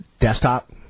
desktop